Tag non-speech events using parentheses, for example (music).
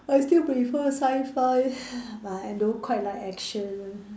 I still prefer Sci-Fi (breath) but I don't quite like action